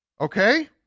okay